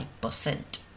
percent